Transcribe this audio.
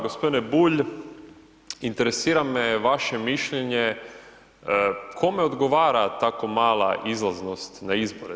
Gospodine Bulj, interesira me vaše mišljenje kome odgovara tako mala izlaznost na izbore?